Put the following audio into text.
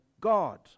God